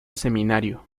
seminario